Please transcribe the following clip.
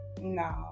No